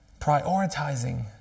prioritizing